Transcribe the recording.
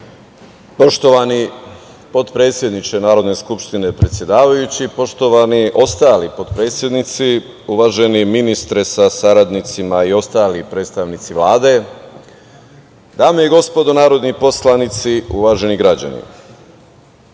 Poštovani potpredsedniče Narodne skupštine, predsedavajući, poštovani ostali potpredsednici, uvaženi ministre sa saradnicima i ostali predstavnici Vlade, dame i gospodo narodni poslanici, uvaženi građani,